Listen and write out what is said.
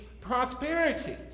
prosperity